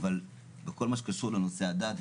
אבל בכל מה שקשור לנושא הדת,